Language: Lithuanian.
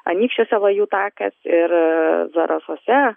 anykščiuose lajų takas ir zarasuose